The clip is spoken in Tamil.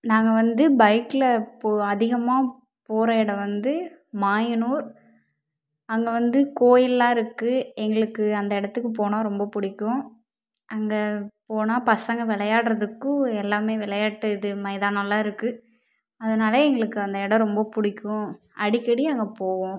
நாங்கள் வந்து பைக்கில் இப்போ அதிகமாக போகிற இடம் வந்து மாயனூர் அங்கே வந்து கோயில்லாம் இருக்கு எங்களுக்கு அந்த இடத்துக்கு போனா ரொம்ப பிடிக்கும் அங்கே போனா பசங்க விளையாடுறதுக்கு எல்லாமே விளையாட்டு இது மைதானலாம் இருக்கு அதனால எங்களுக்கு அந்த இடம் ரொம்போ பிடிக்கும் அடிக்கடி அங்கே போவோம்